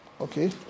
Okay